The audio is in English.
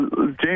James